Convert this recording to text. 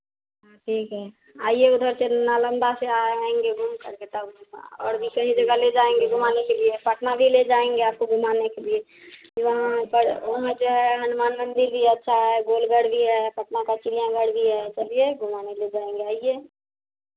ठीक है आइये उधर से नालंदा से आयेंगे घूम कर तब और भी कई जगह ले जायेंगे घुमाने के लिए पटना भी ले जायेंगे आपको घुमाने के लिए वहाँ पर वहाँ जो है हनुमान मंदिर भी अच्छा है गोलघर भी है पटना का चिड़ियाघर भी है चलिए घुमाने ले जायेंगे आइये